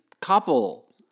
couple